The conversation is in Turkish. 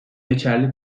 geçerli